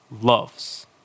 loves